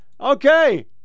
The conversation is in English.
Okay